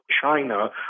China